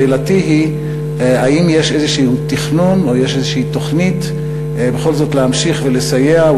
שאלתי היא: האם יש איזה תכנון או יש איזו תוכנית בכל זאת להמשיך לסייע,